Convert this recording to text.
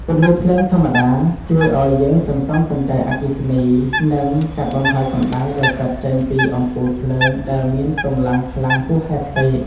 ពន្លឺភ្លើងធម្មជាតិជួយឱ្យយើងសន្សំសំចៃអគ្គិសនីនិងកាត់បន្ថយកម្តៅដែលកើតចេញពីអំពូលភ្លើងដែលមានកម្លាំងខ្លាំងហួសហេតុពេក។